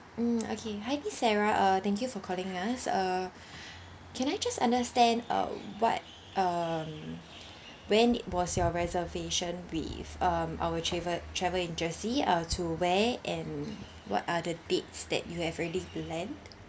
mm okay hi miss sarah uh thank you for calling us uh can I just understand uh what um when it was your reservation with um our travel travel agency uh to where and what are the dates that you have already planned